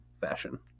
fashion